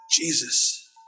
Jesus